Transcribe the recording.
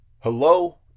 Hello